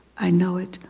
i know it,